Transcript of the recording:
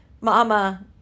mama